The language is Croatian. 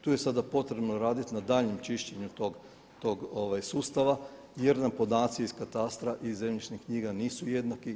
Tu je sada potrebno raditi na daljnjem čišćenju tog sustava, jer nam podaci iz katastra i zemljišnih knjiga nisu jednaki.